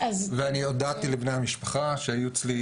ואני הודעתי לבני המשפחה שהיו אצלי.